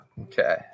Okay